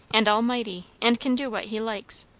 and almighty and kin do what he likes.